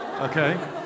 okay